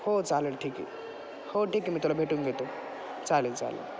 हो चालेल ठीक आहे हो ठीक आहे मी त्याला भेटून घेतो चालेल चालेल